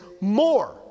more